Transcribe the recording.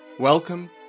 Welcome